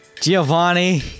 Giovanni